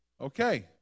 Okay